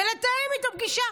לתאם איתו פגישה,